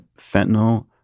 fentanyl